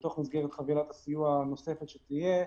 ובתוך מסגרת חבילת הסיוע הנוספת שתהיה,